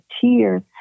tears